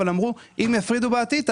אבל אמרו שאם יפרידו בעתיד,